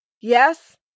Yes